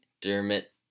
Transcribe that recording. Dermot